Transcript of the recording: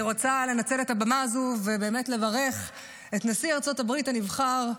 אני רוצה לנצל את הבמה הזו ובאמת לברך את נשיא ארצות הברית הנבחר,